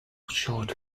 short